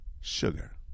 Sugar